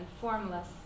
formless